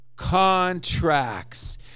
contracts